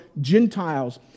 Gentiles